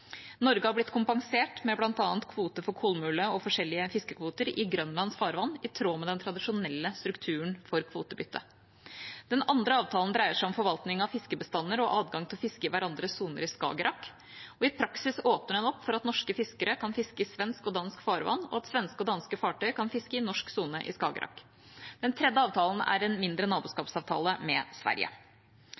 Norge er blitt kompensert med bl.a. kvote for kolmule og forskjellige fiskekvoter i Grønlands farvann, i tråd med den tradisjonelle strukturen for kvotebyttet. Den andre avtalen dreier seg om forvaltning av fiskebestander og adgang til å fiske i hverandres soner i Skagerrak. I praksis åpner den opp for at norske fiskere kan fiske i svensk og dansk farvann, og at svenske og danske fartøy kan fiske i norsk sone i Skagerrak. Den tredje avtalen er en mindre naboskapsavtale med Sverige.